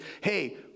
hey